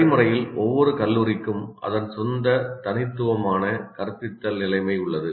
நடைமுறையில் ஒவ்வொரு கல்லூரிக்கும் அதன் சொந்த தனித்துவமான கற்பித்தல் நிலைமை உள்ளது